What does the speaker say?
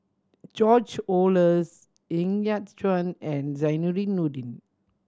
George Oehlers Ng Yat Chuan and Zainudin Nordin